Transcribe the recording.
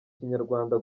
kinyarwanda